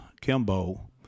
Kimbo